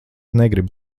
gribu